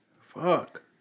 Fuck